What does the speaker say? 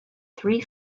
three